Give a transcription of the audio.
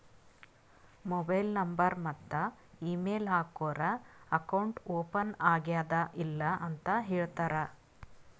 mobile number ಮತ್ತ email ಹಾಕೂರ್ account open ಆಗ್ಯಾದ್ ಇಲ್ಲ ಅಂತ ಹೇಳ್ತಾರ್